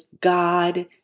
God